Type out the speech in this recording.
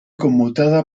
conmutada